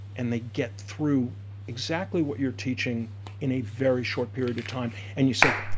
and they get through exactly what you're teaching in a very short period of time. and you say,